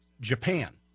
Japan